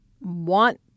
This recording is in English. want